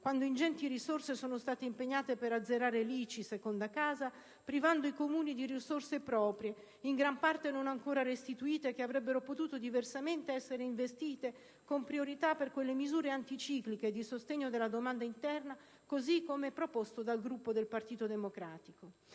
quando ingenti risorse sono state impegnate per azzerare l'ICI sulla prima casa, privando i Comuni di risorse proprie, in gran parte non ancora restituite, che avrebbero potuto, diversamente, essere investite con priorità per quelle misure anticicliche di sostegno della domanda interna, così come proposto dal Gruppo del Partito Democratico.